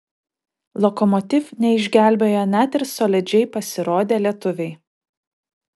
lokomotiv neišgelbėjo net ir solidžiai pasirodę lietuviai